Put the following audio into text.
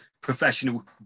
professional